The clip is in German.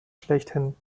schlechthin